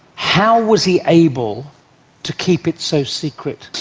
how was he able to keep it so secret